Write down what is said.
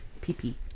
pee-pee